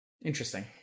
Interesting